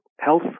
Health